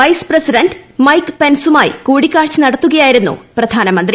vice president Mike പെൻസുമായി കൂടിക്കാഴ്ച നടത്തുകയായിരുന്നു പ്രധാനമന്ത്രി